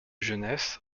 jeunesse